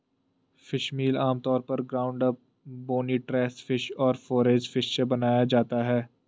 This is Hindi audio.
फिशमील आमतौर पर ground up, bony trash fish और फोरेज फिश से बनाया जाता है